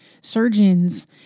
surgeons